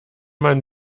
man